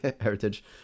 heritage